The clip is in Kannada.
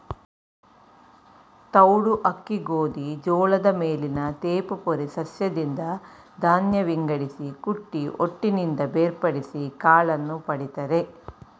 ತೌಡು ಅಕ್ಕಿ ಗೋಧಿ ಜೋಳದ ಮೇಲಿನ ತೆಳುಪೊರೆ ಸಸ್ಯದಿಂದ ಧಾನ್ಯ ವಿಂಗಡಿಸಿ ಕುಟ್ಟಿ ಹೊಟ್ಟಿನಿಂದ ಬೇರ್ಪಡಿಸಿ ಕಾಳನ್ನು ಪಡಿತರೆ